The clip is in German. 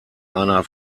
einer